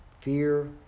fear